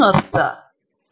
ನಿಜವಾಗಿಯೂ ಅಲ್ಲ